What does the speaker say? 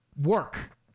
Work